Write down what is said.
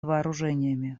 вооружениями